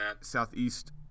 southeast